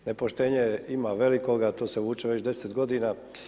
Nepoštenje ima velikoga, to se vuče već 10 godina.